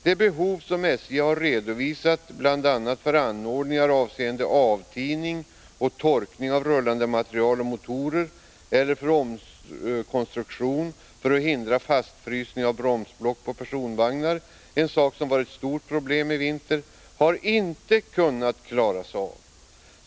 De behov som SJ har redovisat — bl.a. för anordningar avseende avtining och torkning av rullande materiel och motorer och för omkonstruktion för att hindra fastfrysning av bromsblock på personvagnar, en sak som varit ett stort problem i vinter — har inte kunnat klaras av.